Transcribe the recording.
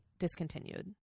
Discontinued